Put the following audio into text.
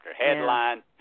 headline